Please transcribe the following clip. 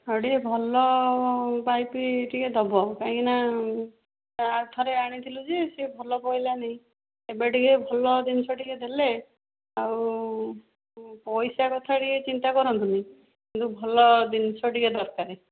ହଉ ଟିକେ ଭଲ ପାଇପ୍ ଟିକେ ଦେବ କାହିଁକିନା ଆଉଥରେ ଆଣିଥିଲୁ ଯେ ସିଏ ଭଲ ପଡ଼ିଲାନି ଏବେ ଟିକେ ଭଲ ଜିନିଷ ଟିକେ ଦେଲେ ଆଉ ପଇସା କଥା ଟିକେ ଚିନ୍ତା କରନ୍ତୁନି କିନ୍ତୁ ଭଲ ଜିନିଷ ଟିକେ ଦରକାର